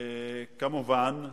כמובן,